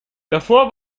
davor